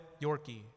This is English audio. Yorkie